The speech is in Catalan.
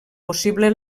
possible